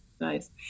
Nice